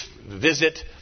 visit